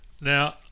now